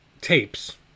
tapes